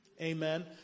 Amen